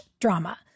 drama